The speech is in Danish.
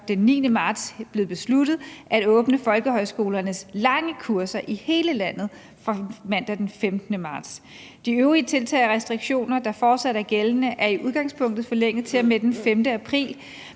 den 9. marts blevet besluttet at åbne folkehøjskolernes lange kurser i hele landet fra mandag den 15. marts. De øvrige tiltag og restriktioner, der fortsat er gældende, er i udgangspunktet forlænget til og med den 5. april,